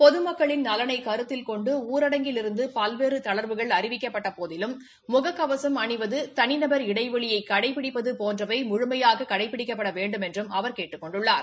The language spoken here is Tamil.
பொதுமக்களின் நலனை கருத்தில் கொண்டு ஊரடங்கிலிருந்து பலவேறு தளா்வுகள் அறிவிக்கப்பட்டபோதிலும் முக கவசும் அணிவது தனிநபர் இடைவெளியை கடைபிடிப்பது போன்றவை முழுமையாக கடைபிடிக்கப்பட வேண்டுமென்று அவர் கேட்டுக் கொண்டுள்ளார்